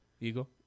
ego